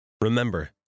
Remember